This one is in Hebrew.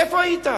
איפה היית?